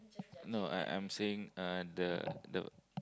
no I'm I'm saying uh the the